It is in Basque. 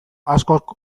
askok